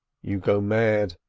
you go mad,